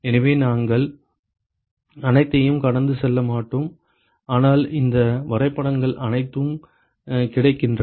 எனவே நாங்கள் அனைத்தையும் கடந்து செல்ல மாட்டோம் ஆனால் இந்த வரைபடங்கள் அனைத்தும் கிடைக்கின்றன